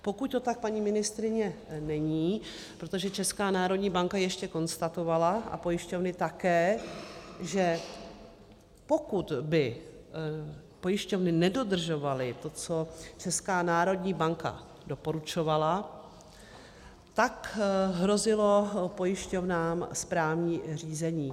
Pokud to tak, paní ministryně, není protože Česká národní banka ještě konstatovala, a pojišťovny také, že pokud by pojišťovny nedodržovaly to, co Česká národní banka doporučovala, tak hrozilo pojišťovnám správní řízení.